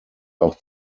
auch